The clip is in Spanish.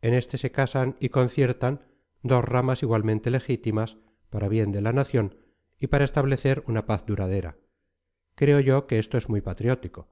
en este se casan y conciertan dos ramas igualmente legítimas para bien de la nación y para establecer una paz duradera creo yo que esto es muy patriótico